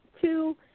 two